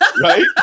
Right